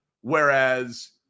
Whereas